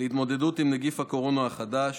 להתמודדות עם נגיף הקורונה החדש,